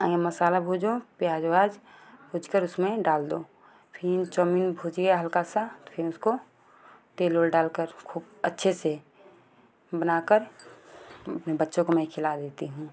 मसाला भूजो प्याज व्याज भूज कर उसमें डाल दो फिर चौमीन भूजिये हल्का सा फिन उसको तेल वेल डाल कर खूब अच्छे से बना कर बच्चों को मैं खिला देती हूँ